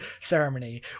ceremony